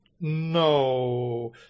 No